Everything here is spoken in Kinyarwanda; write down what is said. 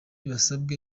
basabwe